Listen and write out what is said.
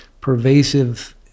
pervasive